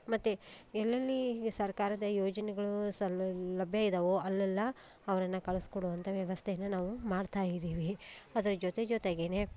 ಮತ್ತು ಎಲ್ಲೆಲ್ಲಿ ಸರ್ಕಾರದ ಯೋಜನೆಗಳು ಸಲ್ಲಲ್ ಲಭ್ಯ ಇದಾವೋ ಅಲ್ಲೆಲ್ಲ ಅವರನ್ನ ಕಳಿಸ್ಕೊಡುವಂಥ ವ್ಯವಸ್ಥೆಯನ್ನು ನಾವು ಮಾಡ್ತಾ ಇದ್ದೀವಿ ಅದ್ರ ಜೊತೆ ಜೊತೆಗೆ